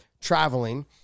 traveling